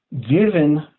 given